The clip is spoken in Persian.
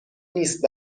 نیست